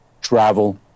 travel